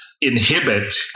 inhibit